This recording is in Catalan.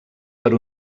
per